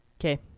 okay